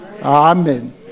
Amen